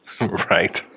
Right